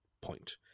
point